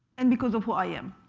and because of who i am.